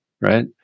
right